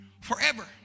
forever